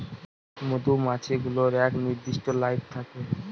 মধুমাছি গুলোর এক নির্দিষ্ট লাইফ থাকে